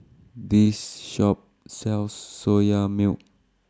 This Shop sells Soya Milk